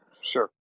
Sure